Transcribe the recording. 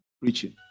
preaching